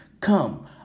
come